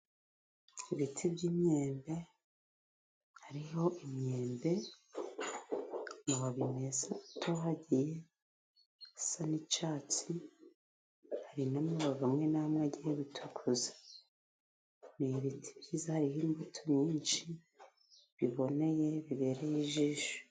Ibiti by'imyembe, hariho imyembe amababi meza, atohagiye asa n'icyatsi, hari n'amababi amwe n'amwe agiye gutukuza. Ni ibiti byiza hariho imbuto nyinshi ziboneye zibereye ijisho.